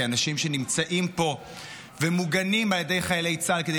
כאנשים שנמצאים פה ומוגנים על ידי חיילי צה"ל כדי